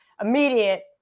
Immediate